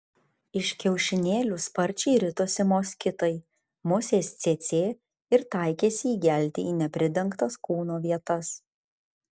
iš kiaušinėlių sparčiai ritosi moskitai musės cėcė ir taikėsi įgelti į nepridengtas kūno vietas